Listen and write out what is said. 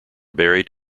buried